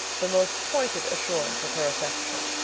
the most pointed assurance of her affection.